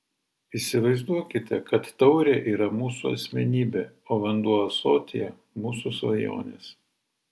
įsivaizduokite kad taurė yra mūsų asmenybė o vanduo ąsotyje mūsų svajonės